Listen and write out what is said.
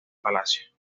palacio